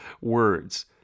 words